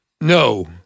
No